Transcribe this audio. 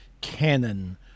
canon